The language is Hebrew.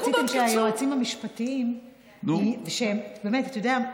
ורציתם שהיועצים המשפטיים, אתה יודע,